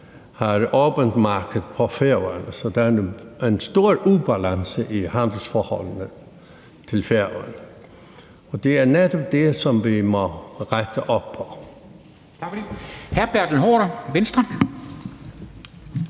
har et åbent marked på Færøerne, så der er en stor ubalance i handelsforholdet til Færøerne, og det er netop det, som vi må rette op på.